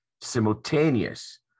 simultaneous